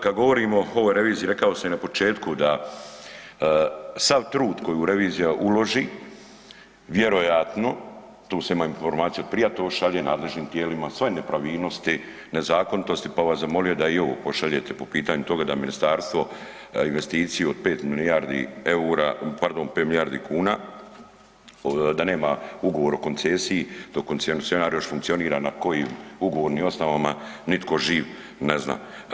Kad govorimo o ovoj reviziji, rekao sam i na početku da sav trud koji revizija uloži vjerojatno, tu sam ima informaciju od prija, to šalje nadležnim tijelima, sve nepravilnosti, nezakonitosti, pa bi vas zamolio da i ovo pošaljete po pitanju toga da ministarstvo investiciju od 5 milijardi EUR-a, pardon, 5 milijardi kuna, da nema Ugovor o koncesiji dok koncesionar još funkcionira na kojim ugovornim osnovama nitko živ ne zna.